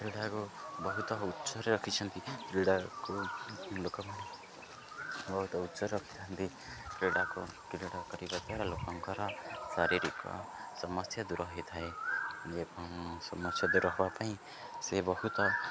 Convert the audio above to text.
କ୍ରୀଡ଼ାକୁ ବହୁତ ଉଚ୍ଚରେ ରଖିଛନ୍ତି କ୍ରୀଡ଼ାକୁ ଲୋକମାନେ ବହୁତ ଉଚ୍ଚରେ ରଖିଥାନ୍ତି କ୍ରୀଡ଼ାକୁ କ୍ରୀଡ଼ା ଟା କରିବା ଦ୍ୱାରା ଲୋକଙ୍କର ଶାରୀରିକ ସମସ୍ୟା ଦୂର ହୋଇଥାଏ ଏବଂ ସମସ୍ୟା ଦୂର ହବା ପାଇଁ ସେ ବହୁତ